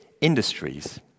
industries